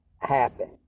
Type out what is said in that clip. happen